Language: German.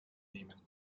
nehmen